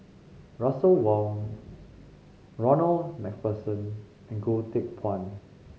Russel Wong Ronald Macpherson and Goh Teck Phuan